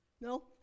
No